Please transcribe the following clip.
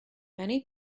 many